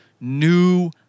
new